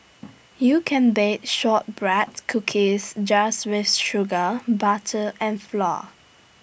you can bake Shortbread Cookies just with sugar butter and flour